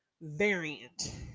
variant